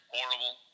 Horrible